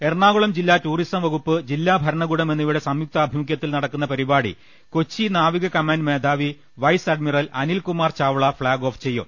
എറണാകുളം ജില്ലാ ടൂറിസം വകുപ്പ് ജില്ലാ ഭരണ കൂടം എന്നിവയുടെ സംയുക്താഭിമുഖ്യത്തിലുള്ള പരിപാടി കൊച്ചി നാവിക കമാൻഡ് മേധാവി vice admiral Anilkumar Chawla flag off ചെയ്യും